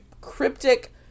cryptic